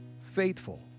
faithful